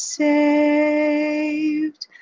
saved